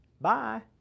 Bye